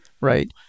Right